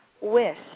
Wish